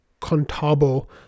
Contabo